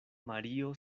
mario